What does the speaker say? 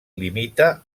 limita